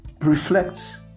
reflects